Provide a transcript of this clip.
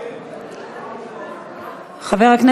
גברתי היושבת-ראש, כבוד השרים, חברי חברי